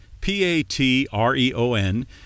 P-A-T-R-E-O-N